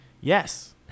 Yes